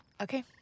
Okay